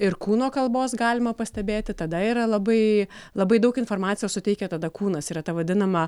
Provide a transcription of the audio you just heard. ir kūno kalbos galima pastebėti tada yra labai labai daug informacijos suteikia tada kūnas yra ta vadinama